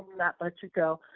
not let you go.